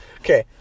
Okay